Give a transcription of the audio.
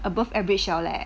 above average liao leh